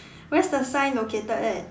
where's the sign located at